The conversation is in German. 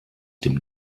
dem